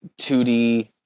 2D